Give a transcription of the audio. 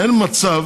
אין מצב